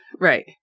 Right